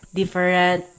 different